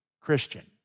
Christian